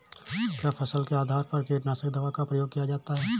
क्या फसल के आधार पर कीटनाशक दवा का प्रयोग किया जाता है?